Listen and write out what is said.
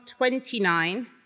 29